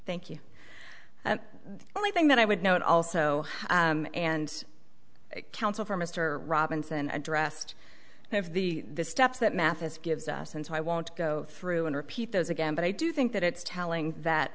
thank you only thing that i would note also and counsel for mr robinson addressed if the steps that mathis gives us and so i won't go through and repeat those again but i do think that it's telling that